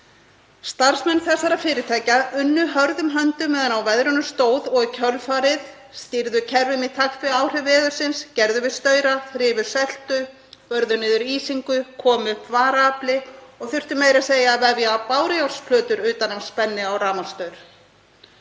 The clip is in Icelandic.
Starfsmenn þessara fyrirtækja unnu hörðum höndum meðan á veðrunum stóð og stýrðu í kjölfarið kerfum í takt við áhrif veðursins, gerðu við staura, þrifu seltu, börðu niður ísingu, komu upp varaafli og þurftu meira að segja að vefja bárujárnsplötur utan um spenni á rafmagnsstaur.